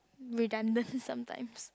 redundant sometimes